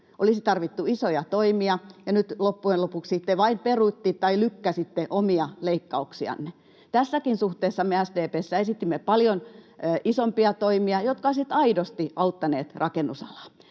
Olisi tarvittu isoja toimia, ja nyt loppujen lopuksi sitten vain lykkäsitte omia leikkauksianne. Tässäkin suhteessa me SDP:ssä esitimme paljon isompia toimia, jotka olisivat aidosti auttaneet rakennusalaa.